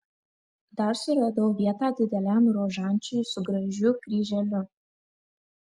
dar suradau vietą dideliam rožančiui su gražiu kryželiu